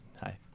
Hi